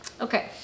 Okay